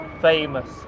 famous